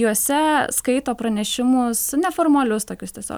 juose skaito pranešimus neformalius tokius tiesiog